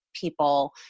people